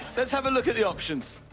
let's have a look at the options.